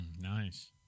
nice